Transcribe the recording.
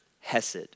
hesed